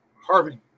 Harvey